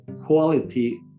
quality